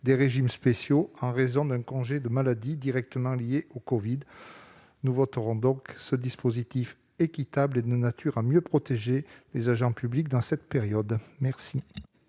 des régimes spéciaux à raison d'un congé maladie directement lié au covid. Nous voterons ce dispositif équitable et de nature à mieux protéger les agents publics dans la période en